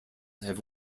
have